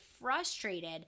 frustrated